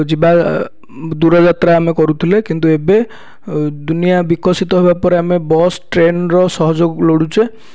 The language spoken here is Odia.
ଯିବା ଦୂର ଯାତ୍ରା ଆମେ କରୁଥିଲେ କିନ୍ତୁ ଏବେ ଦୁନିଆ ବିକଶିତ ହେବାପରେ ଆମେ ବସ୍ ଟ୍ରେନ୍ର ସହଯୋଗ ଲୋଡ଼ୁଛେ